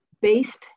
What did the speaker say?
based